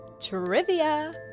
trivia